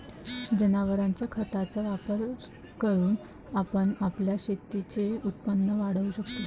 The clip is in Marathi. जनावरांच्या खताचा वापर करून आपण आपल्या शेतीचे उत्पन्न वाढवू शकतो